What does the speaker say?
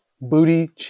Booty